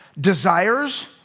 desires